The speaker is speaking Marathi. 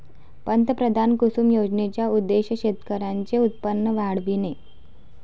पंतप्रधान कुसुम योजनेचा उद्देश शेतकऱ्यांचे उत्पन्न वाढविणे